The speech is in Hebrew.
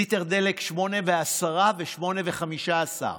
ליטר דלק, 8.10 ו-8.15,